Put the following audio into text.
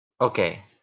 Okay